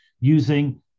using